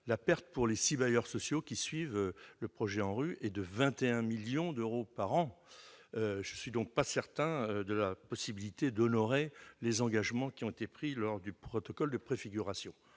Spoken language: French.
la perte pour les six bailleurs sociaux qui suivent le projet ANRU est de 21 millions d'euros par an. Je ne suis donc pas certain que les engagements qui ont été pris lors du protocole de préfiguration